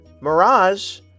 mirage